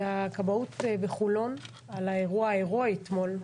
לכבאות בחולון על האירוע ההירואי אתמול,